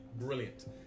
Brilliant